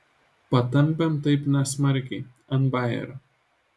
patampėm taip nesmarkiai ant bajerio